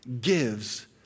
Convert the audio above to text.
gives